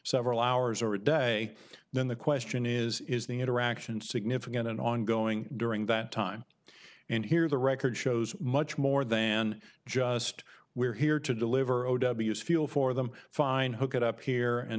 several hours or a day then the question is is the interaction significant and ongoing during that time and here the record shows much more than just we're here to deliver o w feel for them fine hook it up here and